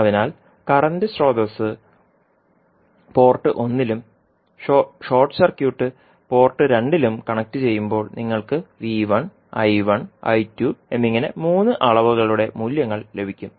അതിനാൽ കറന്റ് സ്രോതസ്സ് പോർട്ട് 1 ലും ഷോർട്ട് സർക്യൂട്ട് പോർട്ട്2 ലും കണക്റ്റുചെയ്യുമ്പോൾ നിങ്ങൾക്ക് എന്നിങ്ങനെ മൂന്ന് അളവുകളുടെ മൂല്യങ്ങൾ ലഭിക്കും